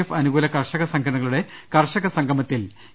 F അനുകൂല കർഷക സംഘടനകളുടെ കർഷക സംഗമത്തിൽ എ